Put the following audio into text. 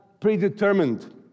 predetermined